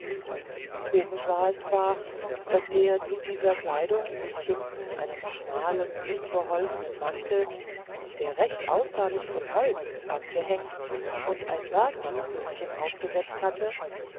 komisch war es zwar daß er zu dieser kleidung sich hinten einen schmalen unbeholfenen mantel der recht aussah wie von holz angehängt und ein bergmannsmützchen aufgesetzt hatte